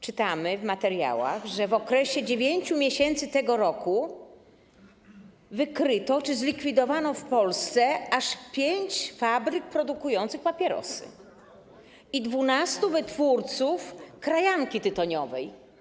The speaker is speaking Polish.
Czytamy w materiałach, że w okresie 9 miesięcy tego roku wykryto czy zlikwidowano w Polsce aż pięć fabryk produkujących papierosy i 12 wytwórni krajanki tytoniowej.